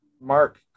Mark